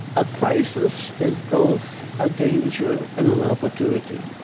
a crisis is both a danger and an opportunity.